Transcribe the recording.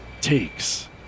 takes